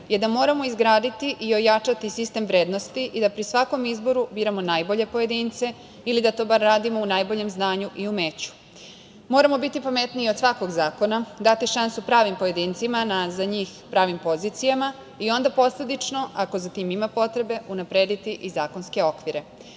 je da moramo izgraditi i ojačati sistem vrednosti i da pri svakom izboru biramo najbolje pojedince ili da to bar radimo u najboljem znanju i umeću. Moramo biti pametniji od svakog zakona, dati šansu pravim pojedincima na za njih pravim pozicijama i onda posledično, ako za tim ima potrebe unaprediti i zakonske okvire. Uvek